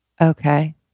okay